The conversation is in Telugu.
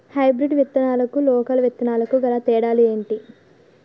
హైబ్రిడ్ విత్తనాలకు లోకల్ విత్తనాలకు గల తేడాలు ఏంటి?